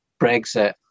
Brexit